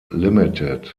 ltd